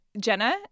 Jenna